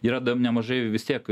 yra nemažai vis tiek